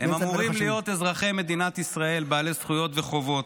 הם אמורים להיות אזרחי מדינת ישראל בעלי זכויות וחובות,